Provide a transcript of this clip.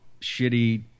shitty